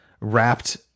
wrapped